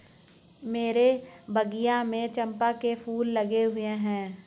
मेरे बगिया में चंपा के फूल लगे हुए हैं